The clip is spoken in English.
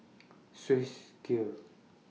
Swissgear